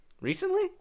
recently